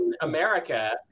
America